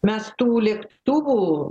mes tų lėktuvų